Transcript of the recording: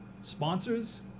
sponsors